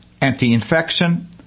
anti-infection